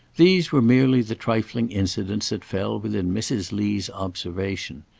these were merely the trifling incidents that fell within mrs. lee's observation.